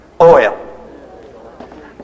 oil